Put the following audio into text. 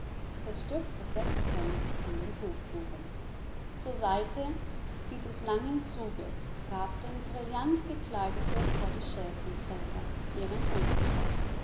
das stück für sechs pence an den hof fuhren zur seite dieses langen zuges trabten brillant gekleidete portechaisenträger ihren hundstrott